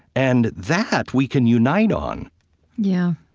and that we can unite on yeah